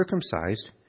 circumcised